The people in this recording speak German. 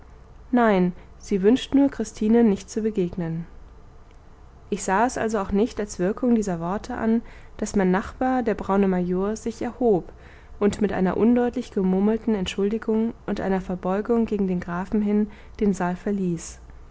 nein sie wünscht nur christinen nicht zu begegnen ich sah es also auch nicht als wirkung dieser worte an daß mein nachbar der braune major sich erhob und mit einer undeutlich gemurmelten entschuldigung und einer verbeugung gegen den grafen hin den saal verließ